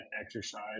exercise